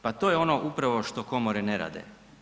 Pa to je ono upravo što komore ne rade.